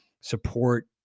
support